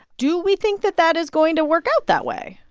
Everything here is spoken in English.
do we think that that is going to work out that way?